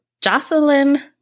Jocelyn